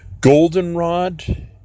goldenrod